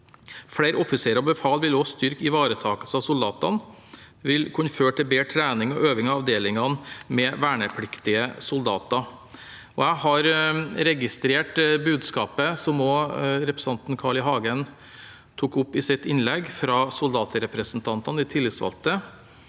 Flere offiserer og befal vil også styrke ivaretakelse av soldatene og vil kunne føre til bedre trening og øving i avdelingene med vernepliktige soldater. Jeg har registrert budskapet – som også representanten Carl I. Hagen tok opp i sitt innlegg – fra soldatrepresentantene, de tillitsvalgte,